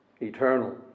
Eternal